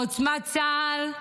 לעוצמת צה"ל,